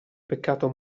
peccato